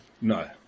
No